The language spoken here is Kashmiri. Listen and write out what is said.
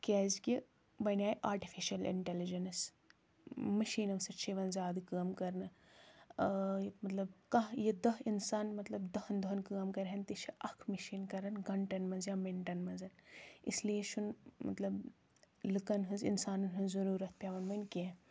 کیازکِہ وَنہِ آے آرٹِفِشَل اِنٹیلِجَنس مِشیٖنو سۭتۍ چھ یِوان زیاد کٲم کَرنہٕ مطلب کانٛہہ یہِ دہ اِنسان مطلب دَہن دۄہَن کٲم کَرِہَن تہِ چھ اَکھ مِشیٖن کَران گنٛٹن منز یا مِنٹن منز اِسلیے چھُنہٕ مطلب لُکَن ہٕنز اِنسانن ہٕنز ضرورت پؠوان وۄنۍ کیٚنٛہہ